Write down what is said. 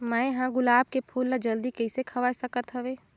मैं ह गुलाब के फूल ला जल्दी कइसे खवाय सकथ हवे?